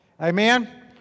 Amen